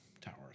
towers